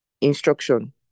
instruction